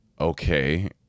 okay